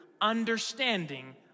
understanding